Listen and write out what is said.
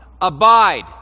Abide